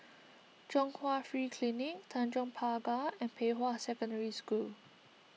Chung Hwa Free Clinic Tanjong Pagar and Pei Hwa Secondary School